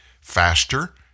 faster